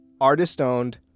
Artist-owned